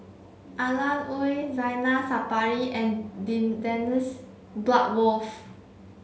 Alan Oei Zainal Sapari and Dennis Bloodworth